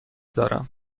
دارم